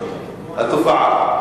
אז התופעה,